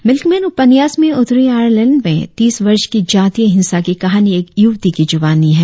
milkman उपन्यास में उत्तरी आयरलैंड में तीस वर्ष की जातीय हिंसा की कहानी एक युवती की जुबानी है